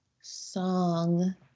song